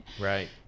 right